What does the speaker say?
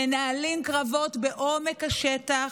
מנהלים קרבות בעומק השטח,